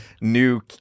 new